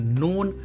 known